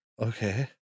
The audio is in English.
Okay